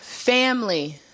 family